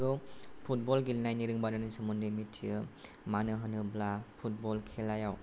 नंगौ फुटबल गेलेनायनि रोंबान्थानि सोमोन्दै मिथियो मानो होनोब्ला फुटबल खेलायाव